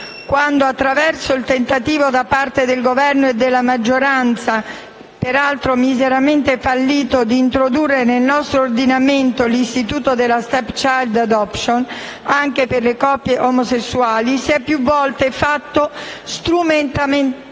quando, attraverso il tentativo da parte del Governo e della maggioranza (tentativo peraltro miseramente fallito) d'introdurre nel nostro ordinamento l'istituto della *stepchild adoption* anche per le coppie omosessuali, si è più volte fatto strumentalmente